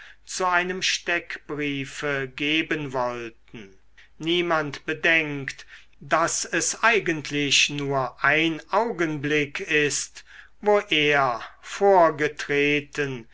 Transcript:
zu einem steckbriefe geben wollten niemand bedenkt daß es eigentlich nur ein augenblick ist wo er vorgetreten